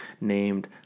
named